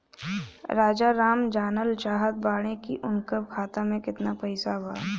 राजाराम जानल चाहत बड़े की उनका खाता में कितना पैसा बा?